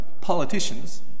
politicians